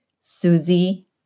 Susie